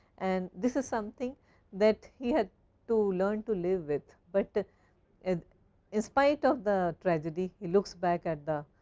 and this is something that he had to learn to live with, but and inspire of the tragedy he looks back at the